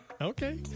Okay